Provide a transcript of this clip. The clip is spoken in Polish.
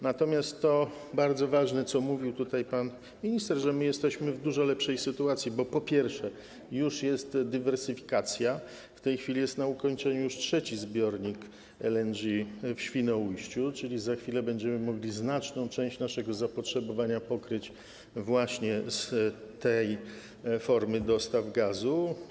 Natomiast bardzo ważne jest to, co powiedział pan minister, że jesteśmy w dużo lepszej sytuacji, gdyż, po pierwsze, już jest dywersyfikacja, w tej chwili jest już na ukończeniu trzeci zbiornik LNG w Świnoujściu, czyli za chwilę będziemy mogli znaczną część naszego zapotrzebowania pokryć właśnie z tej formy dostaw gazu.